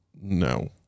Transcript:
No